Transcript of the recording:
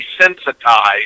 desensitized